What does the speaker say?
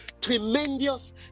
tremendous